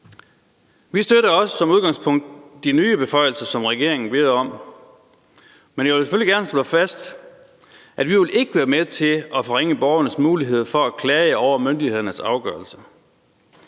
Vi støtter også som udgangspunkt de nye beføjelser, som regeringen beder om, men jeg vil selvfølgelig gerne slå fast, at vi ikke vil være med til at forringe borgernes mulighed for at klage over myndighedernes afgørelser.